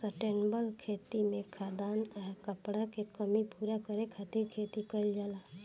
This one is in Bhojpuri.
सस्टेनेबल खेती में खाद्यान आ कपड़ा के कमी पूरा करे खातिर खेती कईल जाला